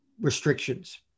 restrictions